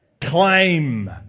Claim